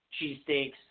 cheesesteaks